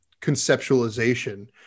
conceptualization